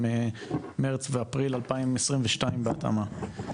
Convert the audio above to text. ממרץ ואפריל 2022 בהתאמה.